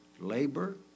labor